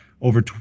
over